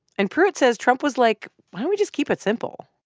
and pruitt says trump was like we just keep it simple?